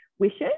wishes